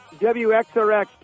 WXRX